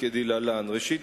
היא כדלהלן: ראשית,